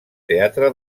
teatre